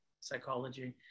psychology